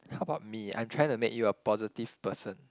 how about me I'm trying to make you a positive person